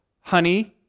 honey